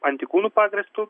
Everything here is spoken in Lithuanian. antikūnu pagrįstu